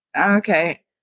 Okay